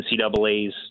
NCAA's